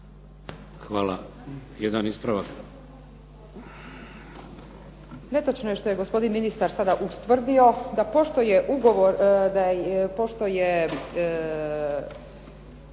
Hvala. Jedan ispravak.